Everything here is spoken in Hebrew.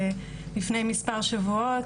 שלפני מספר שבועות,